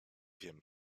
wiem